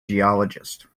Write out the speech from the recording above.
geologist